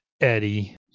Eddie